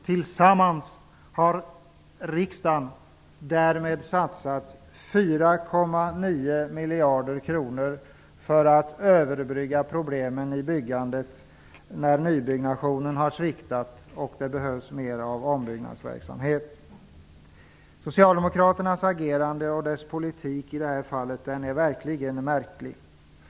Tillsammans har riksdagen därmed satsat 4,9 miljarder kronor för att överbrygga problemen i byggandet när nybyggnationen har sviktat och det behövs mera av ombyggnadsverksamhet. Socialdemokraternas agerande och politik i detta sammanhang är verkligen av märkligt slag.